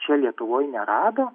čia lietuvoje nerado